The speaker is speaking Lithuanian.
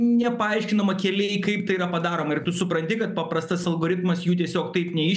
nepaaiškinama keliai kaip tai yra padaroma ir tu supranti kad paprastas algoritmas jų tiesiog taip neiš